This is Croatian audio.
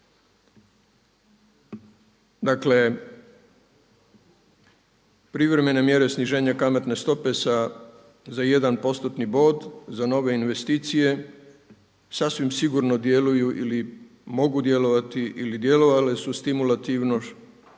Dakle privremene mjere sniženja kamatne stope sa za 1%-tni bod, za nove investicije sasvim sigurno djeluju ili mogu djelovati ili djelovale su stimulativno što